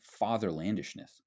fatherlandishness